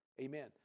Amen